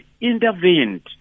intervened